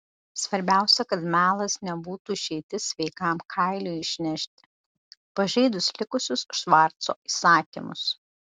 svarbiausia kad melas nebūtų išeitis sveikam kailiui išnešti pažeidus likusius švarco įsakymus